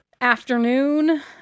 afternoon